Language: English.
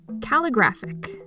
Calligraphic